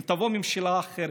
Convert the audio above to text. אם תבוא ממשלה אחרת,